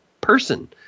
person